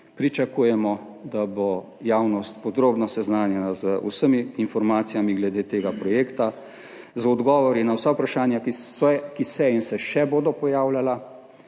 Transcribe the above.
pričakujemo, da bo javnost podrobno seznanjena z vsemi informacijami glede tega projekta, z odgovori na vsa vprašanja, ki se in se še bodo pojavljala.